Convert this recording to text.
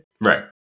Right